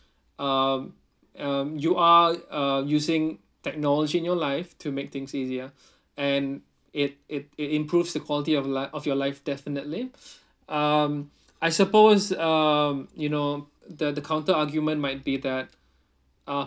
um um you are uh using technology in your life to make things easier and it it it improves the quality of life of your life definitely um I suppose um you know the the counter argument might be that uh